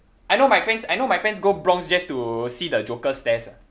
I know my friends I know my friends go bronx just to see the joker stairs ah